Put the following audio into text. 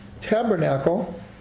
tabernacle